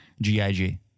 G-I-G